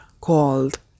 called